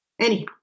Anyhow